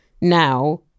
now